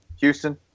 Houston